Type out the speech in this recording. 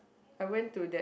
I went to that